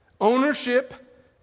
Ownership